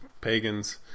pagans